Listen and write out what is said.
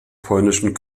polnischen